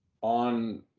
on